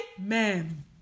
amen